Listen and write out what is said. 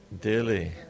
daily